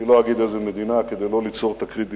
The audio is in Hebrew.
אני לא אגיד איזו מדינה כדי לא ליצור תקרית דיפלומטית,